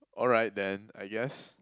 alright then I guess